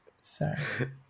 Sorry